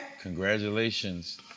Congratulations